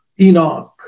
Enoch